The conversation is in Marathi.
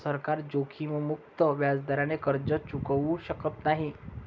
सरकार जोखीममुक्त व्याजदराने कर्ज चुकवू शकत नाही